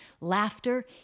laughter